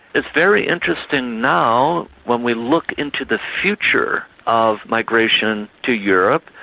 it's very interesting now, when we look into the future of migration to europe,